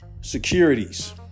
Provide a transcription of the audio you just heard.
securities